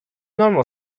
normal